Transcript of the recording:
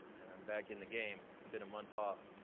and i'm back in the game. it's been a month off.